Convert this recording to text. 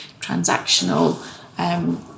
transactional